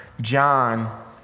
John